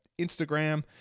Instagram